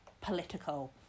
political